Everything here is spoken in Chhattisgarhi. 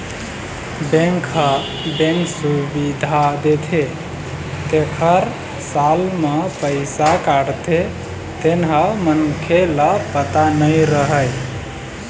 बेंक ह बेंक सुबिधा देथे तेखर साल म पइसा काटथे तेन ह मनखे ल पता नइ रहय